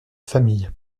famille